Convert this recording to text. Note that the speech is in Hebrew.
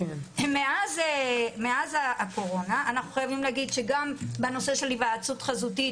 מאז הקורונה אנחנו חייבים לומר שגם בנושא של היוועצות חזותית